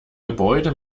gebäude